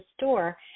store